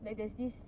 like there's this